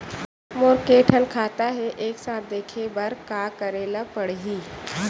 मोर के थन खाता हे एक साथ देखे बार का करेला पढ़ही?